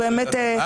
סבבה.